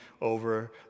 over